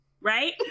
right